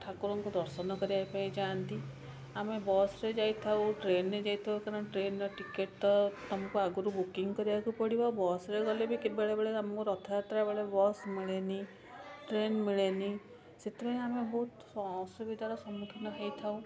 ଠାକୁରଙ୍କୁ ଦର୍ଶନ କରିବା ପାଇଁ ଯାଆନ୍ତି ଆମେ ବସରେ ଯାଇଥାଉ ଟ୍ରେନରେ ଯାଇଥାଉ କାରଣ ଟ୍ରେନର ଟିକେଟ୍ ତ ତୁମକୁ ଆଗରୁ ବୁକିଙ୍ଗ କରିବାକୁ ପଡ଼ିବ ବସରେ ଗଲେ ବି ବେଳେବେଳେ ଆମକୁ ରଥଯାତ୍ରା ବେଳେ ଆମକୁ ବସ୍ ମିଳେନି ଟ୍ରେନ୍ ମିଳେନି ସେଥିପାଇଁ ଆମେ ବହୁତ ଅସୁବିଧାର ସମ୍ମୁଖୀନ ହୋଇଥାଉ